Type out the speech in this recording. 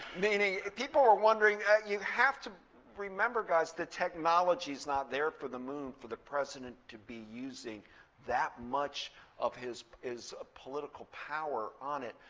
meaning, people were wondering you have to remember, guys, the technology is not there for the moon for the president to be using that much of his ah political power on it.